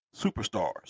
superstars